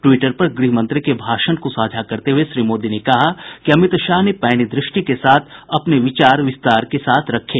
Twitter पर गृहमंत्री के भाषण को साझा करते हुए श्री मोदी ने कहा कि अमित शाह ने पैनी द्रष्टि के साथ अपने विचार विस्तार के साथ रखे